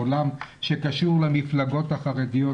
העולם שקשור למפלגות החרדיות,